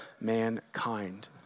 mankind